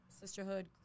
sisterhood